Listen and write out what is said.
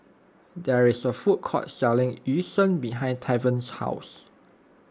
there is a food court selling Yu Sheng behind Tavon's house